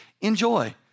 Enjoy